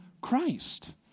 Christ